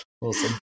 Awesome